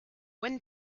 when